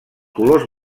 colors